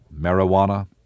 marijuana